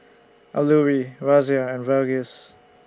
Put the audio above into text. Alluri Razia and Verghese